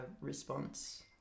response